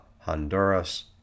Honduras